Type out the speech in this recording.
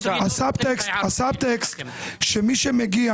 ------- הסאב טקסט שמציק ומעיב שמי שמגיע